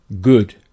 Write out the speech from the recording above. good